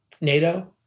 NATO